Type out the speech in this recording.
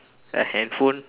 a handphone